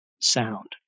sound